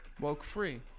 Woke-free